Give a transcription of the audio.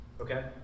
okay